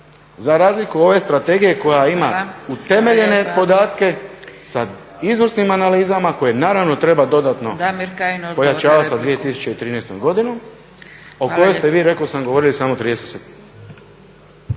za razliku od ove strategije koja ima utemeljene podatke sa izvrsnim analizama koje naravno treba dodatno pojačavati sa 2013. godinom o kojoj ste vi, rekao sam, govorili samo 30 sekundi.